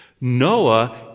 Noah